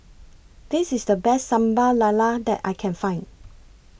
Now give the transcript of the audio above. This IS The Best Sambal Lala that I Can Find